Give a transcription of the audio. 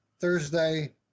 Thursday